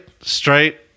straight